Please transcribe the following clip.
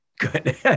Good